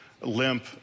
limp